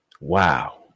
Wow